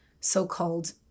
so-called